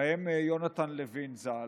ובהם יהונתן לוין ז"ל.